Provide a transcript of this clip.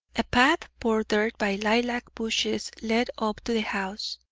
a path bordered by lilac bushes led up to the house,